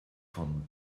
von